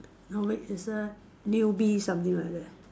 no wait is a newbie something like that